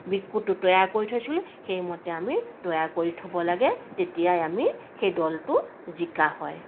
বিকুটো তৈয়াৰ কৰি থৈছিলোঁ সেইমতে আমি তৈয়াৰ কৰি থ'ব লাগে তেতিয়াই আমি সেই দলটো জিকা হয়